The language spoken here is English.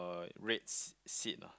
a red seat lah